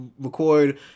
record